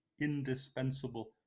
indispensable